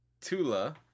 Tula